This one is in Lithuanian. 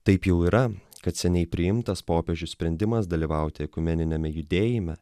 taip jau yra kad seniai priimtas popiežių sprendimas dalyvauti ekumeniniame judėjime